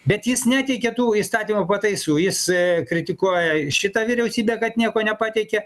bet jis neteikia tų įstatymo pataisų jis kritikuoja šitą vyriausybę kad nieko nepateikė